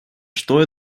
что